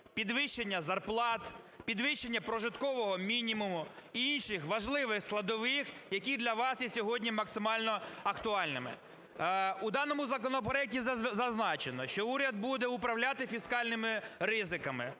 підвищення зарплат, підвищення прожиткового мінімуму і інших важливих складових, які є для вас сьогодні максимально актуальними. У даному законопроекті зазначено, що уряд буде управляти фіскальними ризиками,